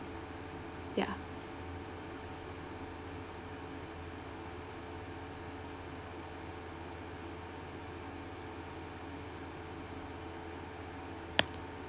ya